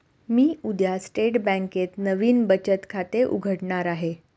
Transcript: मी उद्या स्टेट बँकेत नवीन बचत खाते उघडणार आहे